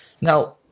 Now